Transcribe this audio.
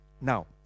Now